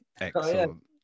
Excellent